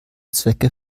zwecke